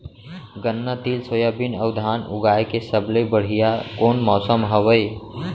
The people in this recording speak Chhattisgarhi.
गन्ना, तिल, सोयाबीन अऊ धान उगाए के सबले बढ़िया कोन मौसम हवये?